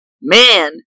Man